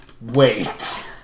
Wait